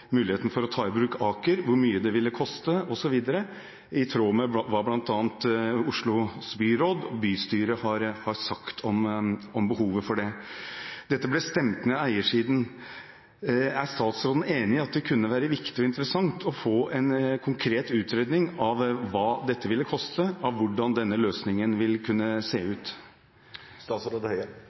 muligheten for å ta i bruk Aker – hvor mye det ville koste, osv., – i tråd med hva bl.a. Oslos byråd og bystyre har sagt om behovet for det. Dette ble stemt ned av eiersiden. Er statsråden enig i at det kunne være viktig og interessant å få en konkret utredning av hva dette ville koste, og hvordan denne løsningen ville kunne se